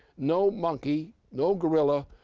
no monkey, no guerrilla,